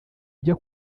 ujya